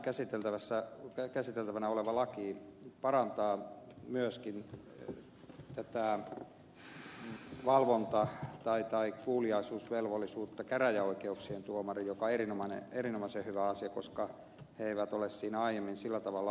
nyt tämä käsiteltävänä oleva laki laajentaa tätä kuuliaisuusvelvollisuutta käräjäoikeuksien tuomarien osalta mikä on erinomaisen hyvä asia koska he eivät ole siinä aiemmin sillä tavalla mukana olleet